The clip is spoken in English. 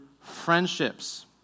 friendships